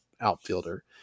outfielder